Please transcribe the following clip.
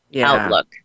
outlook